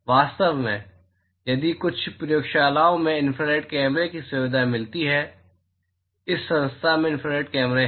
वास्तव में यदि आपको कुछ प्रयोगशालाओं में इन्फ्रारेड कैमरे की सुविधा मिलती है इस संस्थान में इंफ्रारेड कैमरे हैं